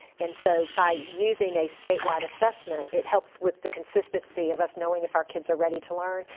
and so by using a statewide assessment, it helps with the consistency of us knowing if our kids are ready to learn.